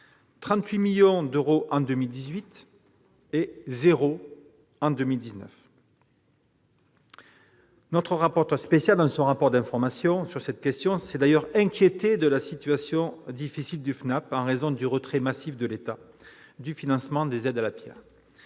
38 millions d'euros en 2018 et de zéro euro en 2019. Notre rapporteur spécial, dans son rapport d'information consacré à cette question, s'est d'ailleurs inquiété de la situation difficile du FNAP en raison du retrait massif de l'État du financement des aides à la pierre.